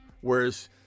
Whereas